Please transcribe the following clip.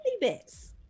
bits